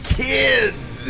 kids